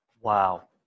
Wow